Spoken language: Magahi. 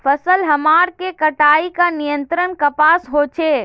फसल हमार के कटाई का नियंत्रण कपास होचे?